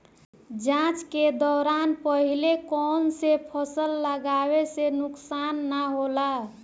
जाँच के दौरान पहिले कौन से फसल लगावे से नुकसान न होला?